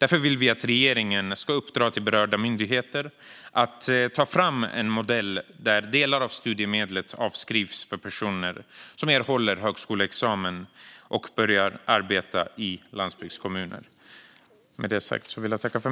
Vi vill därför att regeringen ska uppdra åt berörda myndigheter att ta fram en modell för att delar av studielånet kan avskrivas för personer som erhåller högskoleexamen och börjar arbeta i landsbygdskommuner.